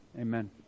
Amen